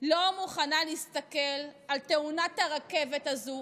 לא מוכנה להסתכל על תאונת הרכבת הזו